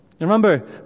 Remember